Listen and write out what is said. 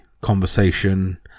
conversation